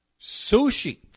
Sushi